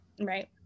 right